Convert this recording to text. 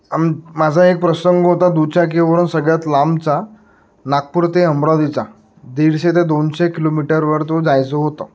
आम माझा एक प्रसंग होता दुचाकीवरून सगळ्यात लांबचा नागपूर ते अमरावतीचा दीडशे ते दोनशे किलोमीटरवर तो जायचं होतं